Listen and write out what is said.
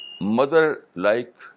mother-like